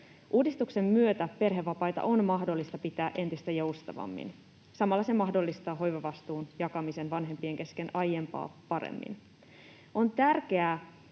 Uudistuksen myötä perhevapaita on mahdollista pitää entistä joustavammin. Samalla se mahdollistaa hoivavastuun jakamisen vanhempien kesken aiempaa paremmin. On tärkeää,